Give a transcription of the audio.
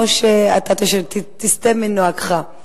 או שאתה תסטה מנוהגך?